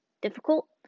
difficult